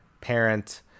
parent